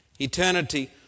Eternity